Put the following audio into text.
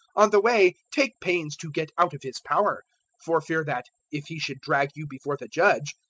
on the way take pains to get out of his power for fear that, if he should drag you before the judge,